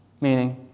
meaning